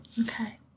okay